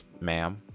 ma'am